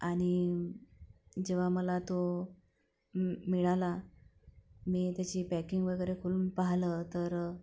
आणि जेव्हा मला तो मिळाला मी त्याची पॅकिंग वगैरे खोलून पाहिलं तर